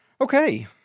Okay